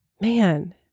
man